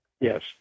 Yes